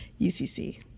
UCC